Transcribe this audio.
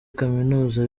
kaminuza